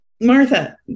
Martha